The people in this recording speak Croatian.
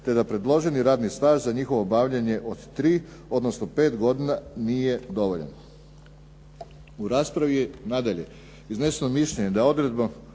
te da predloženi radni staž za njihovo obavljanje od 3 odnosno 5 godina nije dovoljan. U raspravi je nadalje izneseno mišljenje da je odredbom